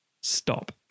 Stop